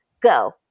Go